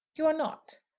you are not?